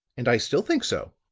and i still think so.